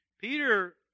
Peter